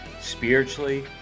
spiritually